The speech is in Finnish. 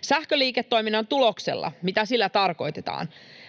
Sähköliiketoiminnan tuloksella, mitä sillä tarkoitetaan: